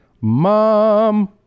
MOM